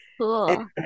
Cool